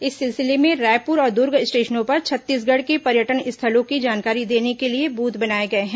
इस सिलसिले में रायपुर और दुर्ग स्टेशनों पर छत्तीसगढ़ के पर्यटन स्थलों की जानकारी देने के लिए बूथ बनाए गए हैं